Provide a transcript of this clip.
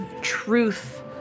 truth